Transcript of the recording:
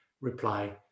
reply